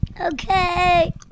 Okay